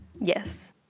Yes